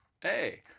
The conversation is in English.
Hey